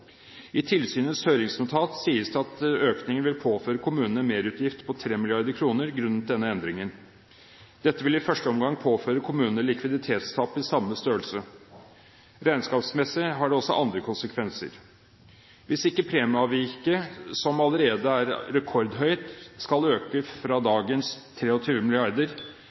i 2013. I tilsynets høringsnotat sies det at økningen vil påføre kommunene en merutgift på 3 mrd. kr grunnet denne endringen. Dette vil i første omgang påføre kommunene likviditetstap i samme størrelse. Regnskapsmessig har det også andre konsekvenser. Hvis ikke premieavviket, som allerede er rekordhøyt, skal øke fra dagens